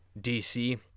DC